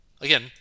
again